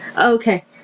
Okay